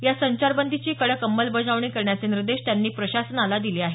या संचारबंदीची कडक अंमलबजावबणी करण्याचे निर्देश त्यांनी प्रशासनाला दिले आहेत